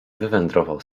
wywędrował